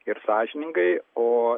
ir sąžiningai o